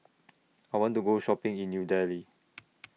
I want to Go Shopping in New Delhi